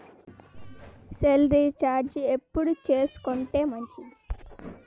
Cell recharge ఎప్పుడు చేసుకొంటే మంచిది?